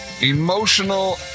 emotional